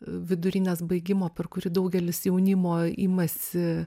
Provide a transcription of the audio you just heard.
vidurinės baigimo per kurį daugelis jaunimo imasi